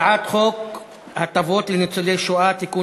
הצעת חוק הטבות לניצולי שואה (תיקון